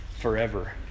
forever